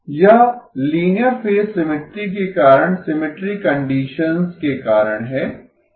यह linear phase symmetry के कारण सिमिट्री कंडीसंस के कारण है